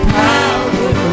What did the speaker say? power